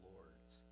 Lord's